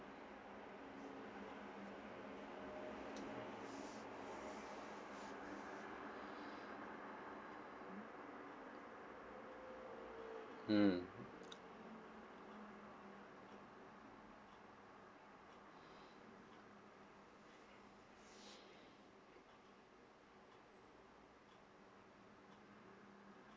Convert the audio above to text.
mm